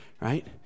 right